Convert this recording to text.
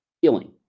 feeling